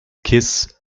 kiss